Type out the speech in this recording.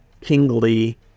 kingly